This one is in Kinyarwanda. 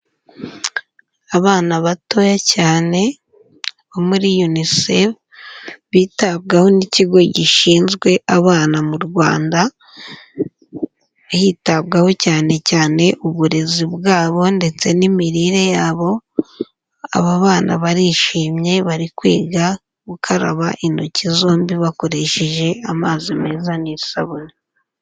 Abana batoya cyane bo muri Unicef bitabwaho n'ikigo gishinzwe abana mu Rwanda, hitabwaho cyane cyane uburezi bwabo ndetse n'imirire yabo, aba bana barishimye bari kwiga gukaraba intoki zombi bakoresheje amazi meza n'isabune.